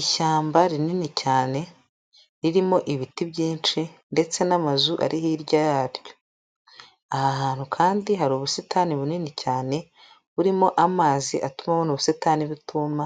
Ishyamba rinini cyane ririmo ibiti byinshi ndetse n'amazu ari hirya yaryo, aha hantu kandi hari ubusitani bunini cyane burimo amazi atuma buno busitani butuma,